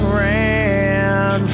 ran